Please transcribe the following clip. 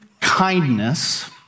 kindness